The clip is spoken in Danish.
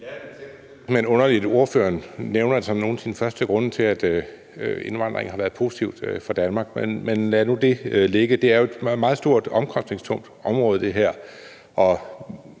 underligt, at ordføreren nævner det som nogle af sine første grunde til, at indvandringen har været positiv for Danmark, men lad nu det ligge. Det her er jo et meget stort og omkostningstungt område, og